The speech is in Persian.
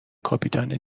کاپیتان